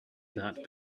that